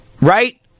right